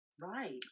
right